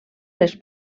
les